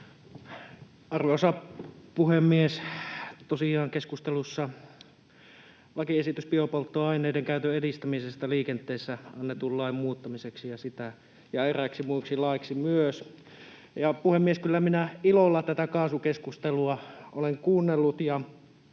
Arvoisa puhemies! Tosiaan keskustelussa on lakiesitys biopolttoaineiden käytön edistämisestä liikenteessä annetun lain muuttamiseksi ja eräiksi muiksi laeiksi myös. Puhemies! Kyllä minä ilolla tätä kaasukeskustelua olen kuunnellut ja